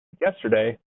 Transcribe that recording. yesterday